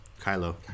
Kylo